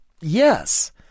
yes